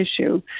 issue